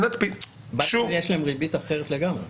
לבנקים יש ריבית אחרת לגמרי.